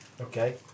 Okay